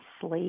sleep